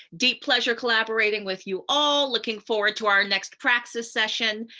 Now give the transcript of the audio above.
deep pleasure collaborating with you all. looking forward to our next praxis session.